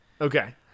Okay